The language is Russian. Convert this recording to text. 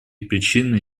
причины